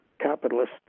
capitalist